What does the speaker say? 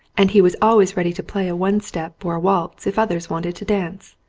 and he was always ready to play a one step or a waltz if others wanted to dance.